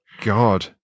god